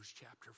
chapter